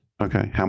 Okay